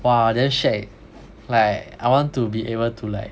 !wah! damn shag like I want to be able to like